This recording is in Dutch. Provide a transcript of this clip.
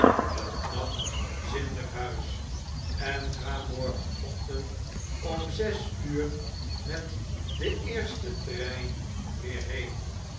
een knap zindelijk huis en ga morgenochtend om zes nur met den eersten trein weer heen